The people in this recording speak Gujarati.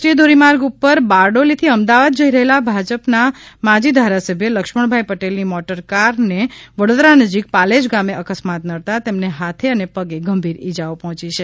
રાષ્ટ્રીય ધોરીમાર્ગ ઉપર બારડોલીથી અમદાવાદ જઇ રહેલા ભાજપ ના માજી ધારાસભ્ય લક્ષ્મણ ભાઈ પટેલની મોટરકાર ને વડોદરા નજીક પાલેજ ગામે અકસ્માત નડતાં તેમને હાથે અને પગે ગંભીર ઇજા પહોચી છે